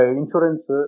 insurance